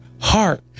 heart